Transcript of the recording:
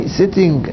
sitting